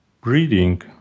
breeding